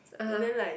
and then like